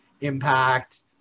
Impact